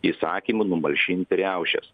įsakymu numalšinti riaušes